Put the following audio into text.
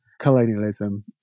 colonialism